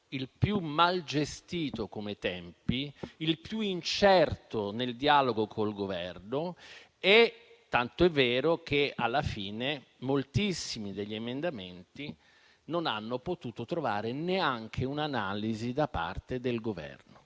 il più mal gestito come tempi, il più incerto nel dialogo con il Governo. E ciò è tanto vero che, alla fine, moltissimi emendamenti non hanno potuto trovare neanche un'analisi da parte del Governo.